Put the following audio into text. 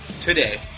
today